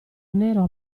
nero